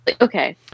okay